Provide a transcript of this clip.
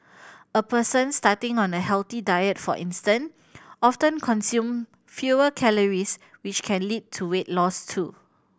a person starting on a healthy diet for instance often consume fewer calories which can lead to weight loss too